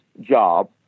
job